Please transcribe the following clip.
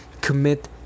commit